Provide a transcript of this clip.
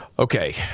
Okay